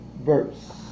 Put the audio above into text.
verse